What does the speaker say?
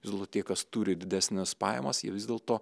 vis dėlto tie kas turi didesnes pajamas jie vis dėlto